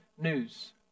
news